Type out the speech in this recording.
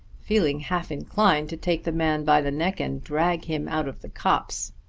feeling half-inclined to take the man by the neck and drag him out of the copse.